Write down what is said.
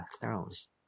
Thrones